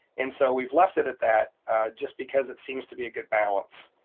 and so we've left it at that just because it seems to be a good balance,